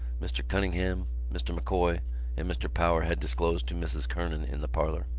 mr. cunningham, mr. m'coy and mr. power had disclosed to mrs. kernan in the parlour.